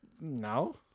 no